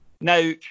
Now